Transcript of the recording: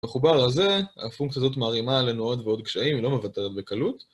מחובר הזה, הפונקציה הזאת מערימה עלינו עוד ועוד קשיים, היא לא מוותרת בקלות